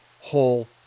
whole